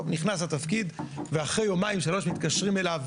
נכנס לתפקיד ואחרי יומיים-שלוש מתקשרים אליו